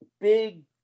big